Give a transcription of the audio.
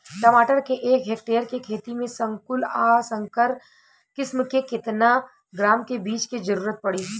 टमाटर के एक हेक्टेयर के खेती में संकुल आ संकर किश्म के केतना ग्राम के बीज के जरूरत पड़ी?